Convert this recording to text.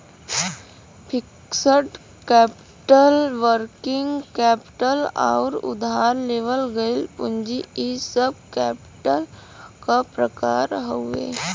fixed capital working capital आउर उधार लेवल गइल पूंजी इ सब कैपिटल क प्रकार हउवे